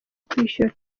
kwishyura